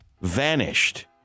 vanished